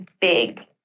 big